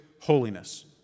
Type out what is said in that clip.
holiness